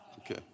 Okay